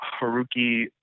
Haruki